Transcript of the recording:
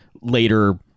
later